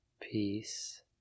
peace